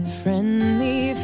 friendly